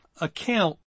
account